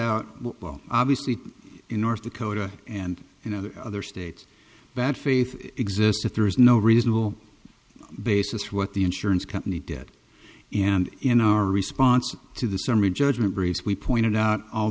out well obviously in north dakota and you know the other states bad faith exists that there is no reasonable basis what the insurance company debt and in our response to the summary judgment grace we pointed out all